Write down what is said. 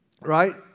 right